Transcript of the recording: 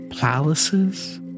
palaces